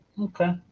Okay